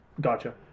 Gotcha